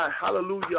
hallelujah